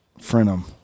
Frenum